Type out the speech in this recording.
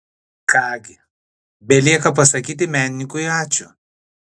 ką gi belieka pasakyti menininkui ačiū